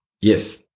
Yes